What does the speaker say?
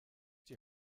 die